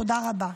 תודה רבה.